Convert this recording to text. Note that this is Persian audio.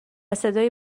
صدای